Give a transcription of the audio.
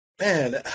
Man